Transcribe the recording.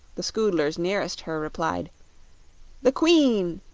the scoodlers nearest her replied the queen.